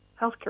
healthcare